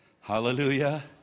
Hallelujah